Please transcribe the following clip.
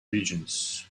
regions